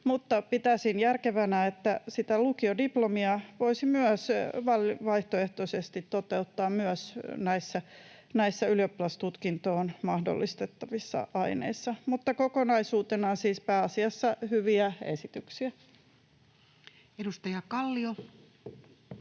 pitäisin järkevänä, että sitä lukiodiplomia voisi myös vaihtoehtoisesti toteuttaa näissä ylioppilastutkinnon mahdollistavissa aineissa. Mutta kokonaisuutena siis pääasiassa hyviä esityksiä. Edustaja Kallio.